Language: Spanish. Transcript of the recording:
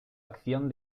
acción